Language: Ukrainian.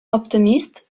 оптиміст